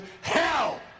hell